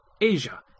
Asia